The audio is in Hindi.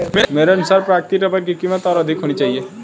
मेरे अनुसार प्राकृतिक रबर की कीमत और अधिक होनी चाहिए